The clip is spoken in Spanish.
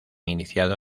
iniciado